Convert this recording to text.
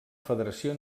federació